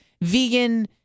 vegan